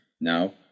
Now